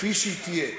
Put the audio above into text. כפי שהיא תהיה,